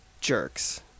jerks